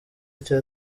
cya